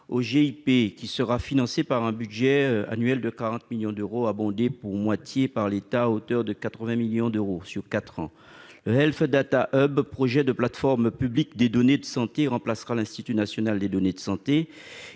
au GIP qui sera financé par un budget annuel de 40 millions d'euros, abondé pour moitié par l'État, à hauteur de 80 millions d'euros sur quatre ans. LeHealth Data Hub, projet de plateforme publique des données de santé, remplacera l'INDS et fonctionnera comme un